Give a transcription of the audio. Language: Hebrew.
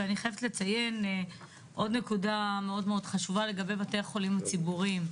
ואני חייבת לציין עוד נקודה חשובה מאוד לגבי בתי החולים הציבוריים.